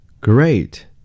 Great